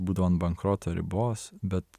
būdavo ant bankroto ribos bet